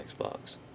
Xbox